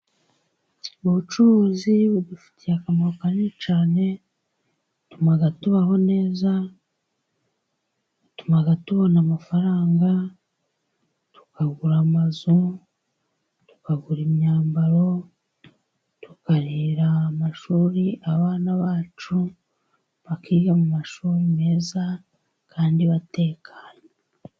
Ubucuruzi budufitiye akamaro kanini cyane, butuma tubaho neza, butuma tubona amafaranga tukagura amazu, tukagura imyambaro tukarihira amashuri abana bacu bakiga mu mashuri meza kandi batekanye.